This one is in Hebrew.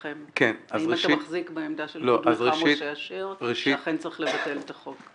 האם אתה מחזיק מהעמדה של קודמך משה אשר שאכן צריך לתקן את החוק?